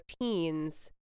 teens